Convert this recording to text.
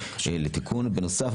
4. בנוסף,